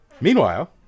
Meanwhile